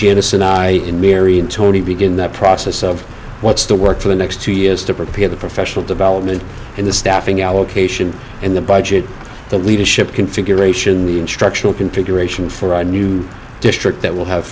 and i in mary and tony begin that process of what's to work for the next two years to prepare the professional development and the staffing allocation and the budget the leadership configuration the instructional configuration for a new district that will have